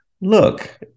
look